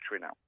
now